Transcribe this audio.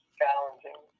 challenging